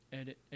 edit